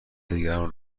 دیگران